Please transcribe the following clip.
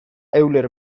euler